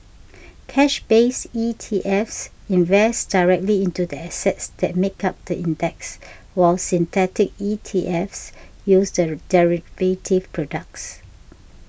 cash based ETFs invest directly into the assets that make up the index while synthetic ETFs use the day derivative products